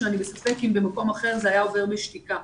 שאני בספק אם במקום אחר זה היה עובר בשתיקה.